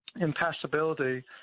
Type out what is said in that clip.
impassibility